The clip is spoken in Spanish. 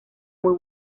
muy